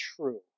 true